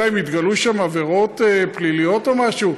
אלא אם כן התגלו שם עבירות פליליות או משהו.